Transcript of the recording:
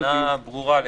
הכוונה ברורה.